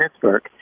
Pittsburgh